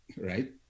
right